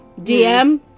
DM